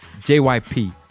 JYP